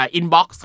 Inbox